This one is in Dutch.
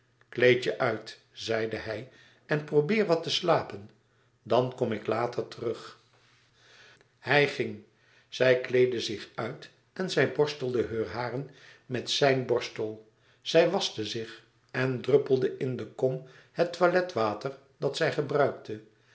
je uit zeide hij en probeer wat te slapen dan kom ik later terug hij ging zij kleedde zich uit en zij borstelde heur haren met zijn borstel zij waschte zich en druppelde in de kom het toiletwater dat hij gebruikte